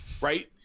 right